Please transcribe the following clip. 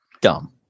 Dumb